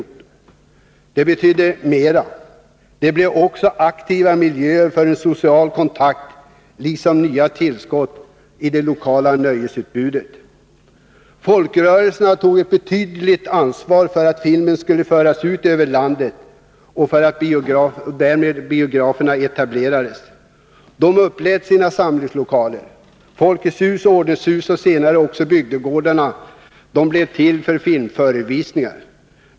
Men biograferna betydde mera. De blev också aktiva miljöer för en social kontakt liksom nya tillskott i det lokala nöjesutbudet. Folkrörelserna tog ett betydande ansvar för att filmen kunde föras ut över landet och därmed för att biografer etablerades. De upplät sina samlingslokaler — Folkets Hus, ordenshus och senare också bygdegårdar -— till filmförevisningar.